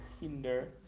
hinder